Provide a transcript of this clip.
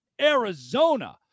Arizona